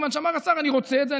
כיוון שאמר השר: אני רוצה את זה,